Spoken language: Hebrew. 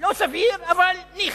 לא סביר אבל ניחא.